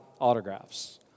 autographs